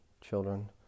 children